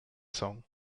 song